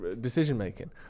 decision-making